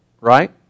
Right